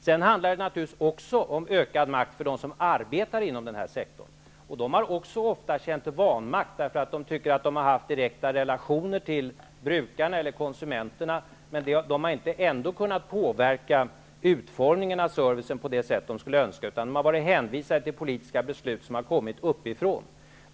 Sedan handlar det naturligtvis också om ökad makt för dem som arbetar inom den här sektorn. De har ofta känt vanmakt därför att de tycker att de har haft direkta relationer till brukarna, eller konsumentera, men de har ändå inte kunnat påverka utformningen av servicen på det sätt som de skulle önska, utan de har varit hänvisade till politiska beslut som kommit uppifrån.